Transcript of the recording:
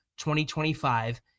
2025